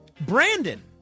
Brandon